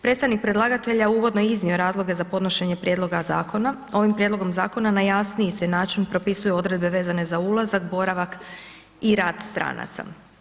Predstavnik predlagatelja uvodno je iznio razloge za podnošenje prijedloga zakona, ovim prijedlogom zakona na jasniji se način propisuju odredbe vezane za ulazak, boravak i rad stranaca.